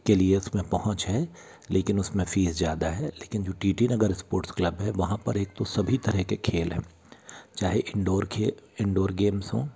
के लिए उसमें पहुँच है लेकिन उसमें फीस ज़्यादा है लेकिन जो T T Nagar sports club है वहाँ पर एक तो सभी तरह के खेल हैं चाहे इनडोर इनडोर गेम्स हों